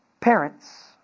parents